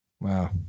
Wow